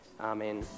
Amen